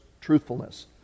truthfulness